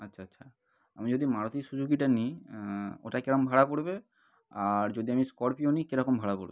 আচ্ছা আচ্ছা আমি যদি মারুতি সুজুকিটা নিই ওটা কীরকম ভাড়া পড়বে আর যদি আমি স্করপিও নিই কীরকম ভাড়া পড়বে